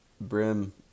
Brim